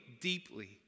deeply